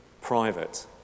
private